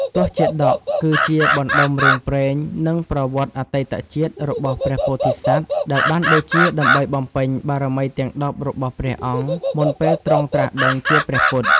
ទសជាតក គឺជាបណ្ដុំរឿងព្រេង និងប្រវត្តិអតីតជាតិរបស់ព្រះពោធិសត្វដែលបានបូជាដើម្បីបំពេញបារមីទាំង ១០ របស់ព្រះអង្គ មុនពេលទ្រង់ត្រាស់ដឹងជាព្រះពុទ្ធ។